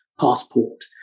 passport